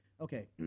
Okay